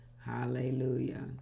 Hallelujah